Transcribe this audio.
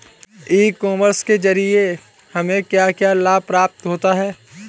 ई commerce के ज़रिए हमें क्या क्या लाभ प्राप्त होता है?